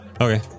Okay